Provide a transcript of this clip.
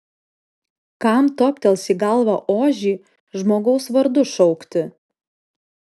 kam toptels į galvą ožį žmogaus vardu šaukti